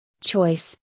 choice